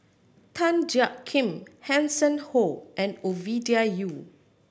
Tan Jiak Kim Hanson Ho and Ovidia Yu